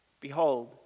Behold